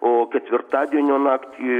o ketvirtadienio naktį